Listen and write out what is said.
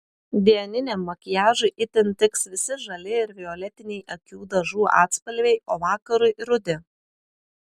dieniniam makiažui itin tiks visi žali ir violetiniai akių dažų atspalviai o vakarui rudi